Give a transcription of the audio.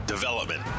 Development